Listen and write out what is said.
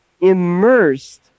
immersed